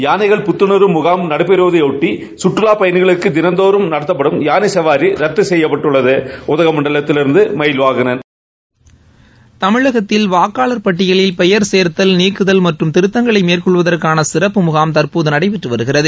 யானைகள் புத்துணர்வு முகாம் நடைபெறுவதையொட்டி சுற்றுலாப்பயணிகளுக்காக தினந்தோறும் நடத்தப்படும் யாளை சவாரி ரத்து செய்யப்பட்டுள்ளது உதகமண்டலத்திருந்து மயில்வாகனன் தமிழகத்தில் வாக்களர் பட்டியலில் பெயர் சேர்த்தல் நீக்குதல் மற்றும் திருத்தங்களை மேற்கொள்வதற்கான சிறப்பு முகாம் தற்போது நடைபெற்று வருகிறது